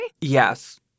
Yes